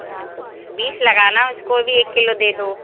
अरे तो बीस लगाना उसको भी एक किलो दे दो